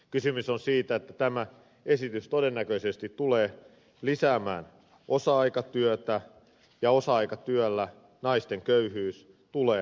kysymys on siitä että tämä esitys todennäköisesti tulee lisäämään osa aikatyötä ja osa aikatyöllä naisten köyhyys tulee lisääntymään